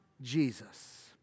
Jesus